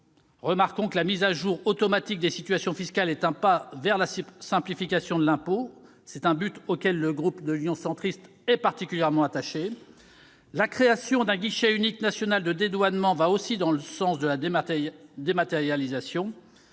fiscaux, la mise à jour automatique des situations fiscales- un pas vers la simplification de l'impôt, à laquelle le groupe Union Centriste est particulièrement attaché -, la création d'un guichet unique national de dédouanement, qui va aussi dans le sens de la dématérialisation